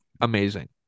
amazing